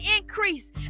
increase